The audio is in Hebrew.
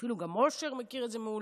אפילו אושר מכיר את זה מעולה.